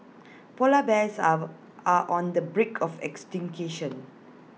Polar Bears are are on the brink of extinction